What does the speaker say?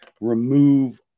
remove